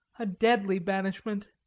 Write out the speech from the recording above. a deadly banishment.